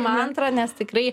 mantra nes tikrai